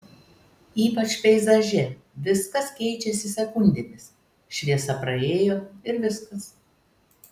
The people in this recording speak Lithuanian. ypač peizaže viskas keičiasi sekundėmis šviesa praėjo ir viskas